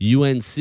UNC